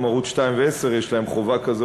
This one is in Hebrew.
גם ערוץ 2 ו-10 יש להם חובה כזו,